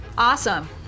Awesome